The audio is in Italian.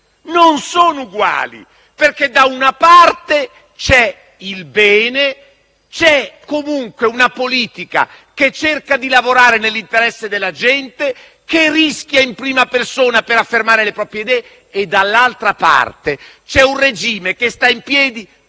Non sono uguali perché da una parte c'è il bene; c'è una politica che comunque cerca di lavorare nell'interesse della gente e rischia in prima persona per affermare le proprie idee e, dall'altra parte, c'è un regime che sta in piedi